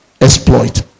exploit